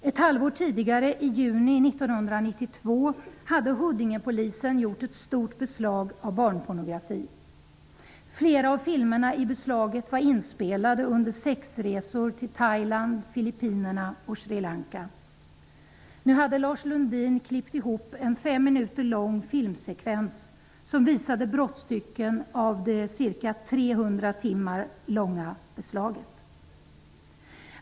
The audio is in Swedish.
Ett halvår tidigare, i juni 1992, hade Huddingepolisen gjort ett stort beslag av barnpornografi. Flera av filmerna i beslaget var inspelade under sexresor till Thailand, Filippinerna och Sri Lanka. Nu hade Lars Lundin klippt ihop en fem minuter lång filmsekvens som visade brottstycken av det ca 300 timmar långa beslaget.